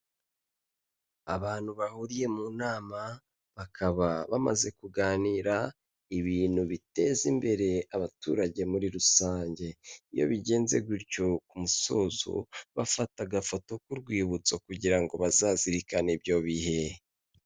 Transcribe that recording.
Abantu bahuriye mu nama bakaba bamaze kuganira ibintu biteza imbere abaturage muri rusange, iyo bigenze gutyo ku musozo bafata agafoto k'urwibutso kugira ngo bazazirikane ibyo bihe.